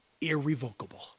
irrevocable